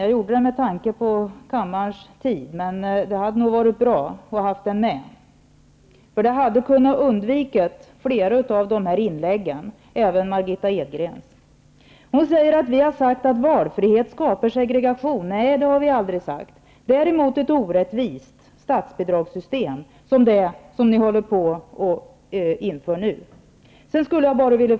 Jag gjorde det med tanke på kammarens tid. Men det hade nog varit bra att ha med den kommentaren. Då hade flera av dessa inlägg kunnat undvikas -- även Margitta Edgrens. Margitta Edgren säger att vi har sagt att valfrihet skapar segregation. Nej, det har vi aldrig sagt. Däremot skapar det ett orättvist statsbidragssystem, som det som ni nu håller på att införa.